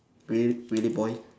re~ really boy